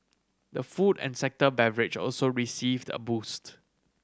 the food and sector beverage also received a boost